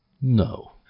No